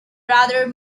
rather